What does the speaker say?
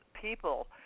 people